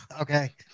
Okay